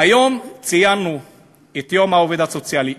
היום ציינו את יום העובד הסוציאלי.